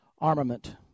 armament